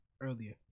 earlier